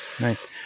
nice